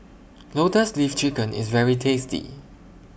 Lotus Leaf Chicken IS very tasty